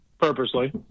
purposely